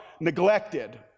neglected